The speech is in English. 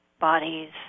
bodies